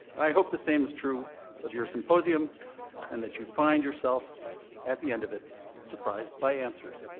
i hope the same is true of your symposium and that you find yourself at the end of it surprised by answers.